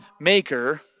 maker